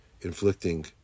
inflicting